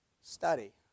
study